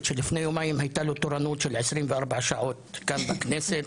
שלפני יומיים הייתה לו תורנות רצופה של 24 שעות כאן בכנסת.